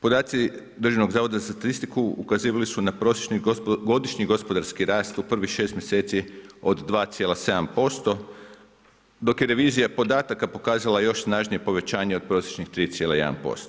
Podaci Državnog zavoda za statistiku, ukazivali su na prosječni, godišnji gospodarski rast u prvih 6 mj. od 2,7% dok je revizija podataka pokazala još snažnije povećanje od prosječnih 3,1%